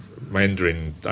Mandarin